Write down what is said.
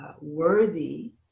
worthy